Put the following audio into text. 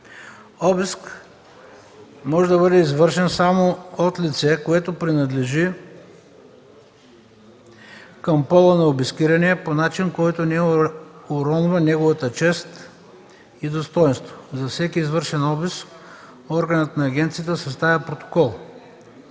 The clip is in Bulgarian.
Обиск може да бъде извършен само от лице, което принадлежи към пола на обискирания и по начин, който не уронва неговата чест и достойнство. (3) За всеки извършен обиск органът на агенцията съставя протокол.